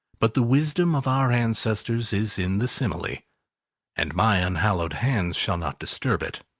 but the wisdom of our ancestors is in the simile and my unhallowed hands shall not disturb it,